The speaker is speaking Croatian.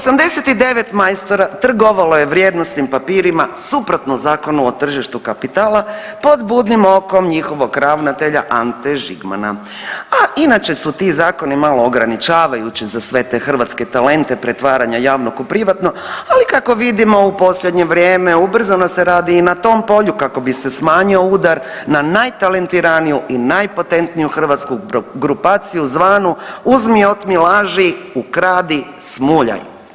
89 majstora trgovalo je vrijednosnim papirima suprotno Zakonu o tržištu kapitala pod budnim okom njihovog ravnatelja Ante Žigmana, a inače su ti zakoni malo ograničavajući za sve te hrvatske talente pretvaranja javnog u privatno, ali kako vidimo u posljednje vrijeme ubrzano se radi i na tom polju kako bi se smanjio udar na najtalentiraniju i najpotentniju hrvatsku grupaciju zvanu uzmi, otmi, laži, ukradi, smulja.